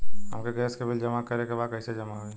हमके गैस के बिल जमा करे के बा कैसे जमा होई?